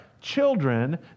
children